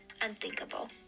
unthinkable